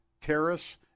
Terrace